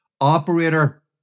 Operator